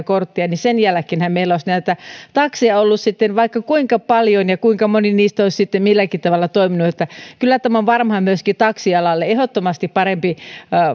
korttia niin sen jälkeenhän meillä olisi näitä takseja ollut vaikka kuinka paljon ja kuinka moni niistä olisi sitten milläkin tavalla toiminut kyllä tämä on varmaan myöskin taksialalle ehdottomasti parempi